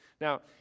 now